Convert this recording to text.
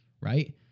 right